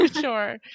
Sure